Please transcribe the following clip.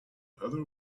heather